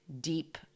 deep